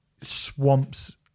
swamps